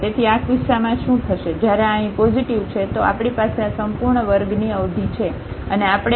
તેથી આ કિસ્સામાં શું થશે જ્યારે આ અહીં પોઝિટિવ છે તો આપણી પાસે આ સંપૂર્ણ વર્ગની અવધિ છે અને આપણે આk2 ટર્મ છે